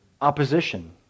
opposition